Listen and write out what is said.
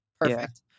perfect